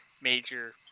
major